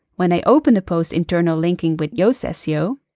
when i open the post internal linking with yoast seo,